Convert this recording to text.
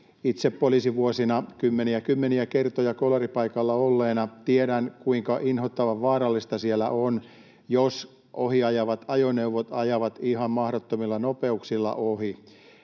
Itse poliisivuosina kymmeniä, kymmeniä kertoja kolaripaikalla olleena tiedän, kuinka inhottavan vaarallista siellä on, jos ohi ajavat ajoneuvot ajavat ihan mahdottomilla nopeuksilla.